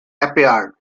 appeared